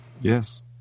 Yes